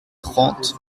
trente